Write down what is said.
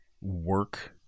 work